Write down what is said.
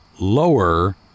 lower